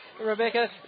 Rebecca